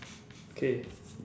K